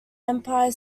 empire